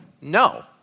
no